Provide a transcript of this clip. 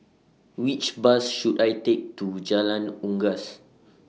Which Bus should I Take to Jalan Unggas